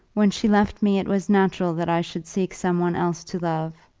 when she left me it was natural that i should seek some one else to love.